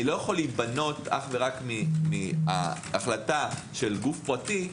אני לא יכול להיבנות רק מההחלטה של גוף פרטי.